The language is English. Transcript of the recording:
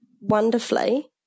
wonderfully